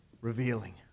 revealing